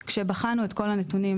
כי ראינו שיש הרבה אנשים חוזרים,